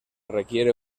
requiere